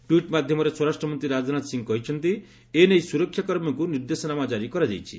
tweet ମାଧ୍ୟମରେ ସ୍ୱରାଷ୍ଟ୍ରମନ୍ତ୍ରୀ ରାଜନାଥ ସିଂ କହିଛନ୍ତି ଏ ନେଇ ସୁରକ୍ଷା କର୍ମୀଙ୍କୁ ନିର୍ଦ୍ଦେଶନାମା କ୍କାରି କରାଯାଇଛି